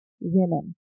women